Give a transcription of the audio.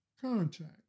contact